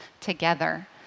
together